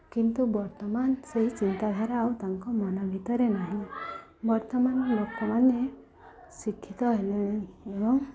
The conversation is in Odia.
କିନ୍ତୁ ବର୍ତ୍ତମାନ ସେହି ଚିନ୍ତାଧାରା ଆଉ ତାଙ୍କ ମନ ଭିତରେ ନାହିଁ ବର୍ତ୍ତମାନ ଲୋକମାନେ ଶିକ୍ଷିତ ହେଲେଣି ଏବଂ